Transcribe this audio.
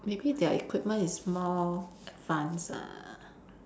maybe their equipment is more advanced ah